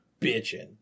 bitching